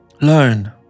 Learn